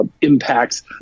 impacts